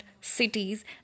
cities